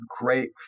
great